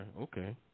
okay